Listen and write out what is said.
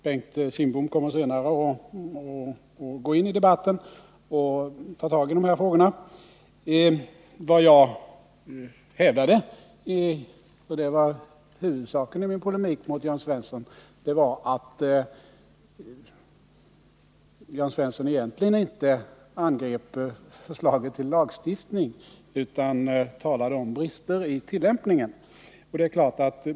Bengt Kindbom kommer att gå in i debatten och ta tagi dessa frågor. Huvudsaken i min polemik mot Jörn Svensson var att Jörn Svensson egentligen inte angrep förslaget till lagstiftning utan talade om brister i tillämpningen.